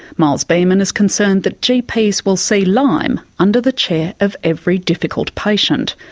miles beaman is concerned that gps will see lyme under the chair of every difficult patient.